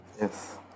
Yes